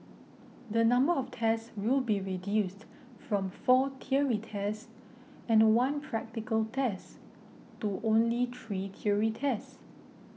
the number of tests will be reduced from four theory tests and one practical test to only three theory tests